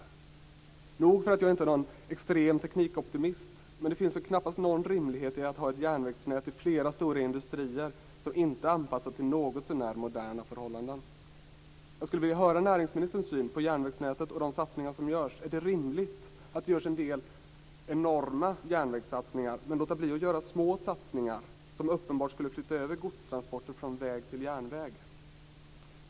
Inte för att jag är någon extrem teknikoptimist, men det finns väl knappast någon rimlighet i att ha ett järnvägsnät kopplat till flera stora industrier som inte är anpassat till någotsånär moderna förhållanden? Jag skulle vilja höra näringsministerns syn på järnvägsnätet och de satsningar som görs. Är det rimligt att det görs en del enorma järnvägssatsningar medan man låter bli att göra små satsningar som uppenbart skulle flytta över godstransporter från väg till järnväg?